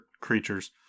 creatures